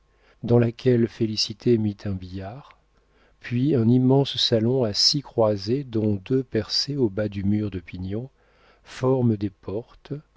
dans laquelle félicité mit un billard puis un immense salon à six croisées dont deux percées au bas du mur de pignon forment des portes